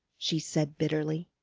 she said bitterly.